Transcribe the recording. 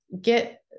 get